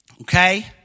Okay